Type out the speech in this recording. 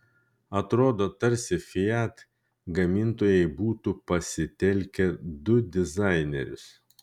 atrodo tarsi fiat gamintojai būtų pasitelkę du dizainerius